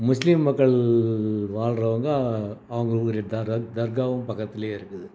முஸ்லீம் மக்கள் வாழ்றவங்க அவங்களுடைய தர் தர்காவும் பக்கத்திலயே இருக்குது